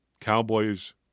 Cowboys